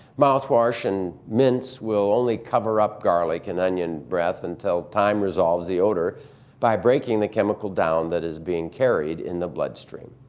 mouthwash or and mints will only cover-up garlic and onion breath until time resolves the odor by breaking the chemical down that is being carried in the blood stream.